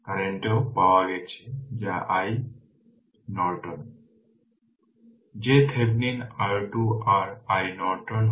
বিকল্পভাবে R2 দ্বারা i n VThevenin নির্ণয় করুন একই জিনিস কারণ সোর্স ট্রান্সফরমেশন আমি থেভেনিন নর্টন ট্রান্সফরমেশন থেকে আসলে বলেছিলাম